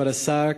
כבוד השר,